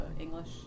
English